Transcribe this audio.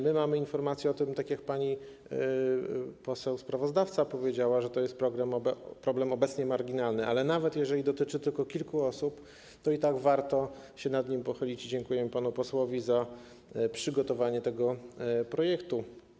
My mamy informację o tym, tak jak pani poseł sprawozdawca powiedziała, że obecnie jest to problem marginalny, ale nawet jeżeli dotyczy tylko kilku osób, to i tak warto się nad nim pochylić, dlatego dziękujemy panu posłowi za przygotowanie tego projektu.